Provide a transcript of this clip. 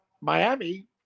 miami